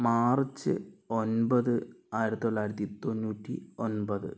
March ഒമ്പത് ആയിരത്തി തൊള്ളായിരത്തി തൊണ്ണൂറ്റി ഒമ്പത്